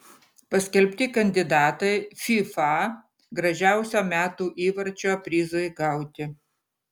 paskelbti kandidatai fifa gražiausio metų įvarčio prizui gauti